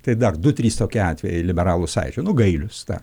tai dar du trys tokie atvejai liberalų sąjūdžio nu gailius